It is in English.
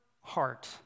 heart